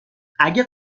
اگه